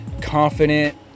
confident